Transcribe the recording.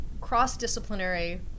cross-disciplinary